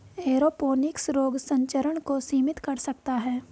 aeroponics रोग संचरण को सीमित कर सकता है